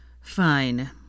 Fine